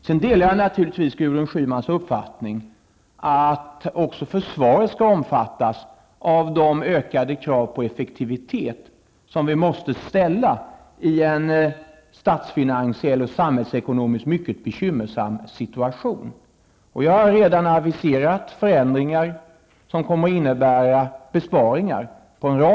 Sedan delar jag naturligtvis Gudrun Schymans uppfattning att också försvaret skall omfattas av de ökade krav på effektivitet som vi måste ställa i en statsfinansiellt och samhällsekonomiskt mycket bekymmersam situation. Jag har redan på en rad områden aviserat förändringar, som kommer att innebära besparingar.